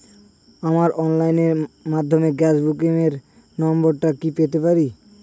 আমার অনলাইনের মাধ্যমে গ্যাস বুকিং এর নাম্বারটা কি পেতে পারি?